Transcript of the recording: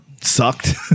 Sucked